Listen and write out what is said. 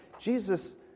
Jesus